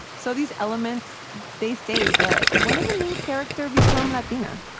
so these elements, they stayed. but when did the main character become latina?